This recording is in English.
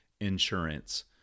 insurance